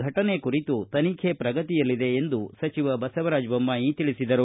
ಫಟನೆ ಕುರಿತು ತನಿಖೆ ಪ್ರಗತಿಯಲ್ಲಿದೆ ಎಂದು ಸಚಿವ ಬಸವರಾಜ ಬೊಮ್ನಾಯಿ ಹೇಳಿದರು